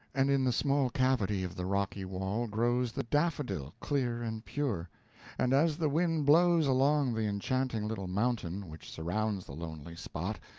and in the small cavity of the rocky wall grows the daffodil clear and pure and as the wind blows along the enchanting little mountain which surrounds the lonely spot,